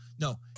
No